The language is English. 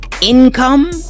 income